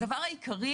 הדבר העיקרי,